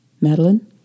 Madeline